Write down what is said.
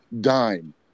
dime